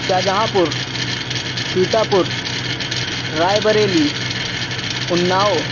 شاہجہاں پور سیتا پور رائے بریلی اناؤ